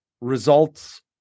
results